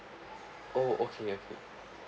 oh okay okay